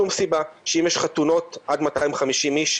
שום סיבה שאם יש חתונות עד 250 איש,